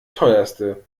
teuerste